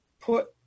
put